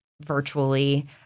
virtually